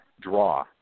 draw